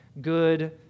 good